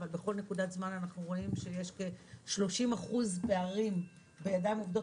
אבל בכל נקודת זמן אנחנו רואים שיש 30% פער בידיים עובדות.